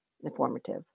informative